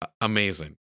Amazing